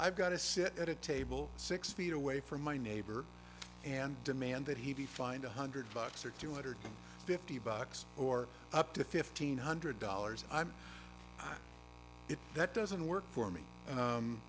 i've got to sit at a table six feet away from my neighbor and demand that he be fined a hundred bucks or two hundred fifty bucks or up to fifteen hundred dollars i'm if that doesn't work for me